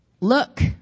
look